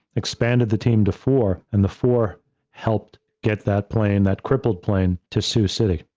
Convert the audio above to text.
expanded the team to four and the four helped get that plane, that crippled plane to sioux city.